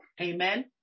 amen